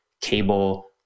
cable